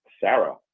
Sarah